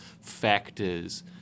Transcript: factors